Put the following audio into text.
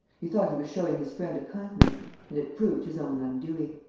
he thought he was showing his friend a kindness and it proved his own undoing.